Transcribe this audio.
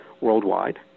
worldwide